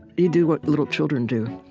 you do what little children do.